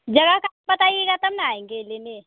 जगह का नाम बताइएगा तब न आएँगे लेने